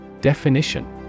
Definition